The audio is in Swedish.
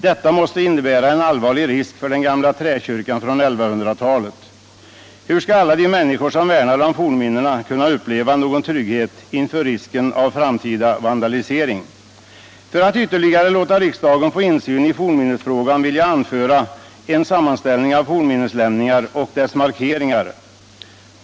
Detta måste innebära en allvarlig risk för den gamla träkyrkan från 1100-talet. Hur skall alla de människor som värnar om fornminnena kunna uppleva någon trygghet inför risken av framtida vandalisering? För att ytterligare låta riksdagen få insyn i fornminnesfrågan vill jag anföra en sammanställning av fornminneslämningar och deras markering.